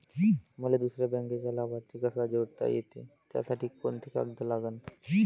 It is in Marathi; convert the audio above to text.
मले दुसऱ्या बँकेचा लाभार्थी कसा जोडता येते, त्यासाठी कोंते कागद लागन?